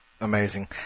Amazing